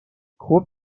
خوب